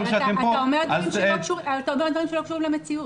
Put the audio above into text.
גם שאתם פה --- אבל אתה אומר דברים שלא קשורים למציאות.